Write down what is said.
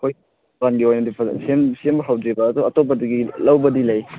ꯑꯩꯈꯣꯏ ꯗꯨꯀꯥꯟꯒꯤ ꯑꯣꯏꯅꯁꯨ ꯁꯦꯝꯕ ꯍꯧꯗ꯭ꯔꯤꯕ ꯑꯗꯣ ꯑꯇꯣꯞꯄꯗꯒꯤ ꯂꯧꯕꯗꯤ ꯂꯩ